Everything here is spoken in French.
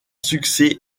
succès